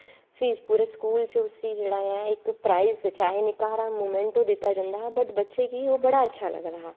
फ्ही पूरे स्कूल बिच्च उसी इक प्राईज़ निक्का हारा मूवमैंटु दित्ता जंदा हा बट बच्चे गी ओह् बड़ा अच्छा लगदा हा